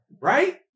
Right